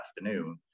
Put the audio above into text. afternoon